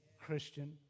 Christian